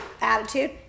attitude